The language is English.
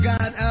God